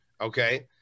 Okay